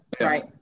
right